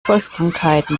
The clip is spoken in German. volkskrankheiten